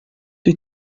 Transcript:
dwi